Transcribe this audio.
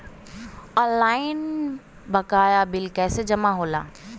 Online बकाया bill कैसे जमा होला?